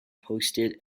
posted